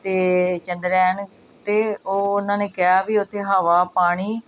ਅਤੇ ਚੰਦਰਆਣ ਅਤੇ ਉਹ ਉਹਨਾਂ ਨੇ ਕਿਹਾ ਵੀ ਉੱਥੇ ਹਵਾ ਪਾਣੀ